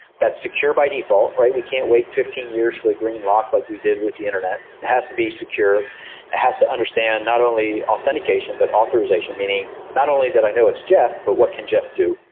that's secure by default. we can't wait fifteen years for the green lock like we did with the internet. it has to be secure, it has to understand not only authentication, but authorization. meaning, not only that i know it's jeff, but what can jeff do?